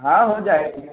ہاں ہو جائے گا